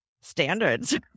standards